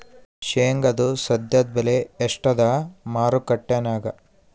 ಶೇಂಗಾದು ಸದ್ಯದಬೆಲೆ ಎಷ್ಟಾದಾ ಮಾರಕೆಟನ್ಯಾಗ?